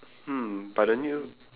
hmm but the new